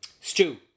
Stew